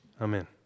amen